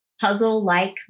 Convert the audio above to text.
puzzle-like